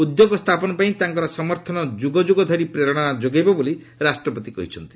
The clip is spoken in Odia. ଉଦ୍ୟୋଗ ସ୍ଥାପନ ପାଇଁ ତାଙ୍କର ସମର୍ଥନ ଯୁଗଯୁଗ ଧରି ପ୍ରେରଣା ଯୋଗାଇବ ବୋଲି ରାଷ୍ଟ୍ରପତି କହିଛନ୍ତି